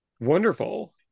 wonderful